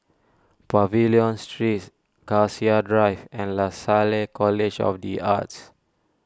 Pavilion Streets Cassia Drive and Lasalle College of the Arts